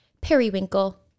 Periwinkle